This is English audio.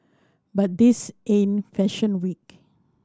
but this ain't fashion week